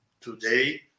Today